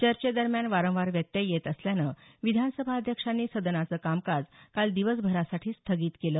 चर्चेदरम्यान वारंवार व्यत्यय येत असल्यानं विधानसभा अध्यक्षांनी सदनाचं कामकाज काल दिवसभरासाठी स्थगित केलं